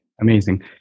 amazing